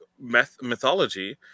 mythology